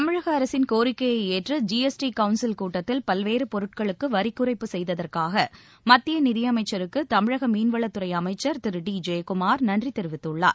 தமிழக அரசின் கோரிக்கையை ஏற்று ஜிஎஸ்டி கவுன்சில் கூட்டத்தில் பல்வேறு பொருட்களுக்கு வரிக்குறைப்பு செய்ததற்காக மத்திய நிதியமைச்சருக்கு தமிழக மீன்வளத்துறை அமைச்சர் திரு டி ஜெயக்குமார் நன்றி தெரிவித்துள்ளார்